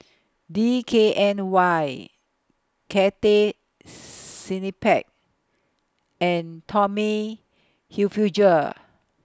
D K N Y Cathay Cineplex and Tommy Hilfiger